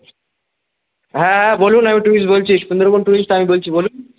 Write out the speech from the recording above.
হ্যাঁ বলুন আমি ট্যুরিস্ট বলছি সুন্দরবন ট্যুরিস্ট আমি বলছি বলুন